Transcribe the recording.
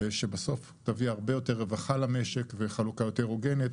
שבסוף תביא הרבה יותר רווחה למשק וחלוקה יותר הוגנת,